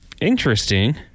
Interesting